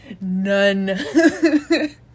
None